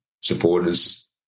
supporters